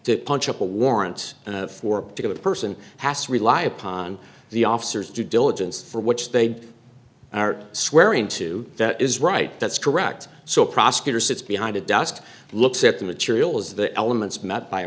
to punch up a warrant for a particular person has to rely upon the officers due diligence for which they are swearing to that is right that's correct no prosecutor sits behind a desk and looks at the materials the elements met by a